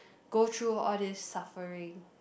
go through all these suffering